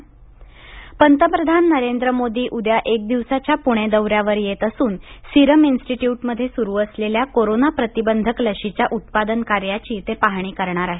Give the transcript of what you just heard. पंतप्रधान दौरा पंतप्रधान नरेंद्र मोदी उद्या एक दिवसाच्या पूणे दौऱ्यावर येत असून सिरम इन्स्टिट्यूटमध्ये सुरू असलेल्या कोरोना प्रतिबंधक लशीच्या उत्पादन कार्याची ते पाहणी करणार आहेत